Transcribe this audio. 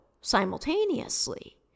simultaneously